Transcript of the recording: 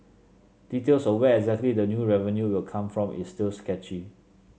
details of where exactly the new revenue will come from is still sketchy